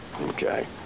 Okay